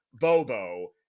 Bobo